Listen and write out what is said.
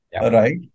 Right